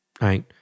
right